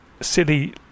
silly